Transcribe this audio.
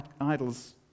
idols